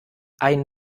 ein